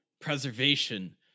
preservation